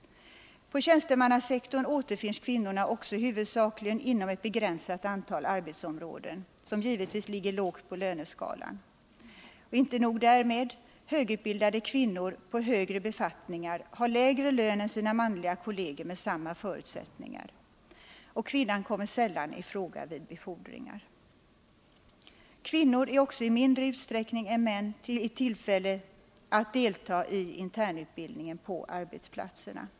På tjänstemannasektorn återfinns kvinnorna också huvudsakligen inom ett begränsat antal arbetsområden som givetvis ligger lågt på löneskalan. Inte nog därmed — högutbildade kvinnor på högre befattningar har lägre lön än sina manliga kolleger med samma förutsättningar. Kvinnan kommer sällan i fråga vid befordringar. Kvinnor får också i mindre utsträckning än män tillfälle att delta i internutbildningen på arbetsplatserna.